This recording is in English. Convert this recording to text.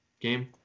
game